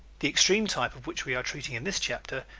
the extreme type, of which we are treating in this chapter,